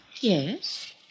Yes